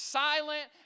silent